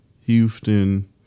Houston